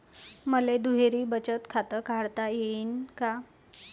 मले दुहेरी बचत खातं काढता येईन का?